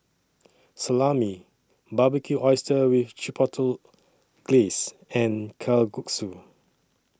Salami Barbecued Oysters with Chipotle Glaze and Kalguksu